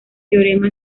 teorema